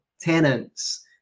tenants